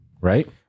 right